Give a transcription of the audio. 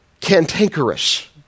cantankerous